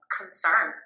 concern